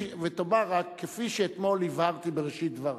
ותאמר רק: כפי שאתמול הבהרתי בראשית דברי,